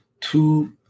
two